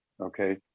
okay